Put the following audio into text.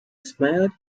smiled